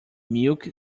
milk